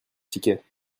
tickets